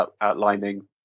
outlining